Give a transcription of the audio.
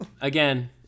Again